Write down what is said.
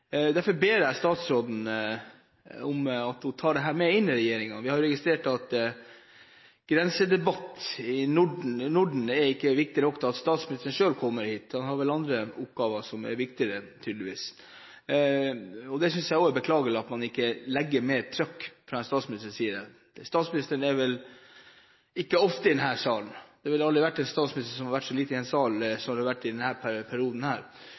Vi har registrert at debatten om grensehindre i Norden ikke er viktig nok til at statsministeren selv kommer hit, han har vel andre oppgaver som er viktigere, tydeligvis. Det synes jeg er beklagelig, at man ikke har mer trykk fra statsministerens side. Statsministeren er ikke ofte i denne salen, det har vel aldri skjedd at en statsminister har vært så lite i denne salen som det vi har opplevd i denne perioden.